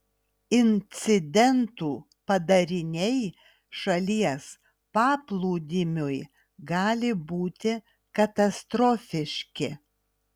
incidentų padariniai šalies paplūdimiui gali būti katastrofiški